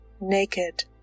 Naked